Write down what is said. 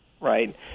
right